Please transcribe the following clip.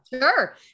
Sure